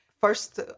First